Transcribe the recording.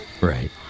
Right